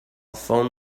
phone